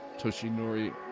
Toshinori